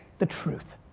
the truth,